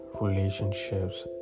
relationships